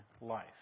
life